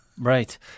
Right